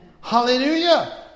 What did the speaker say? Hallelujah